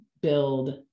build